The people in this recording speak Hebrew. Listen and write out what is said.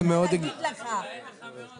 זה הגיוני ועוד איך.